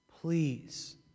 Please